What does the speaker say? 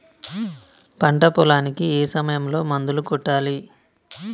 పంట పొలానికి ఏ సమయంలో మందులు కొట్టాలి?